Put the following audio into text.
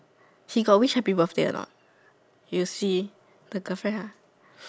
she got wish happy birthday or not you see the girlfriend lah